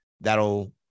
that'll